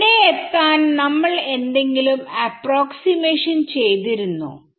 ഇവിടെ എത്താൻ നമ്മൾ എന്തെങ്കിലും അപ്പ്രോക്സിമേഷൻ ചെയ്തിരുന്നോ